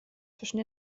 zwischen